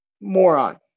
moron